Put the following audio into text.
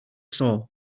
saw